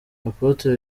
apotre